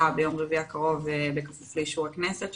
ביום רביעי הקרוב בכפוף לאישור הכנסת,